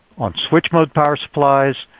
on switch mode power supplies,